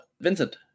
Vincent